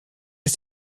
ist